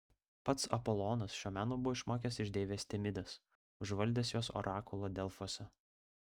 pats apolonas šio meno buvo išmokęs iš deivės temidės užvaldęs jos orakulą delfuose